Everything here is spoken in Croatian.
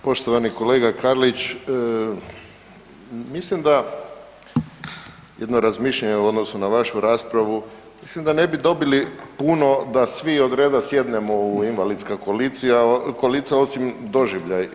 Poštovani kolega Karlić, mislim da jedno razmišljanje u odnosu na vašu raspravu, mislim da ne bi dobili puno da svi odreda sjednemo u invalidska kolica osim doživljaj.